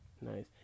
nice